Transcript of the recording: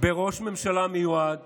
בראש ממשלה מיועד